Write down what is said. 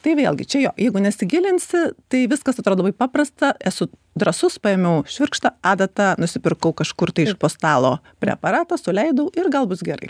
tai vėlgi čia jo jeigu nesigilinsi tai viskas atrodo labai paprasta esu drąsus paėmiau švirkštą adatą nusipirkau kažkur tai iš po stalo preparatą suleidau ir gal bus gerai